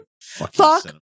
Fuck